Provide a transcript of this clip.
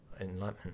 enlightenment